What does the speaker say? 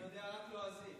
אני יודע רק לועזי.